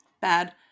bad